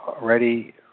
ready